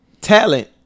talent